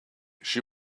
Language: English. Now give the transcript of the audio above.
she